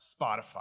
Spotify